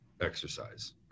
exercise